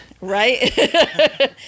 Right